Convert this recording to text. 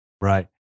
right